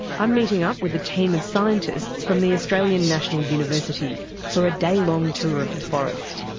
i'm meeting up with a team of scientists from the australian national university for a day-long tour of the forest.